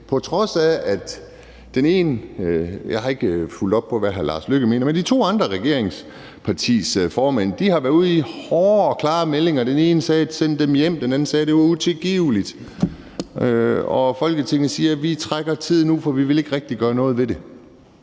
Lars Løkke Rasmussen mener – har været ude i hårde og klare meldinger. Den ene sagde: Send dem hjem. Den anden sagde, at det var utilgiveligt. Og Folketinget siger: Vi trækker tiden ud, for vi vil ikke rigtig gøre noget ved det.